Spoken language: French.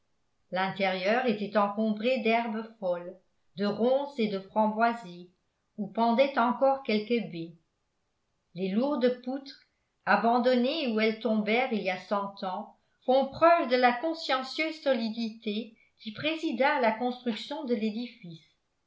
de lilas l'intérieur était encombré d'herbes folles de ronces et de framboisiers où pendaient encore quelques baies les lourdes poutres abandonnées où elles tombèrent il y a cent ans font preuve de la consciencieuse solidité qui présida à la construction de l'édifice